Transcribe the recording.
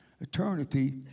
eternity